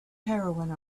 heroine